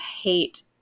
hate